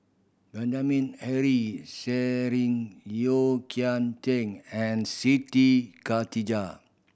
Benjamin Henry Yeo Kian and Siti Khalijah